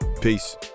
Peace